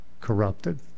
corrupted